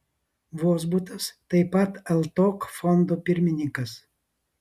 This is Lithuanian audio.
vozbutas taip pat ltok fondo pirmininkas